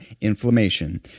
inflammation